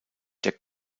der